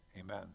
amen